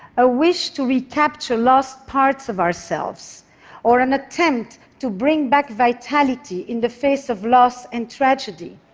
a wish to recapture lost parts of ourselves or an attempt to bring back vitality in the face of loss and tragedy.